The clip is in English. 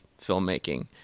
filmmaking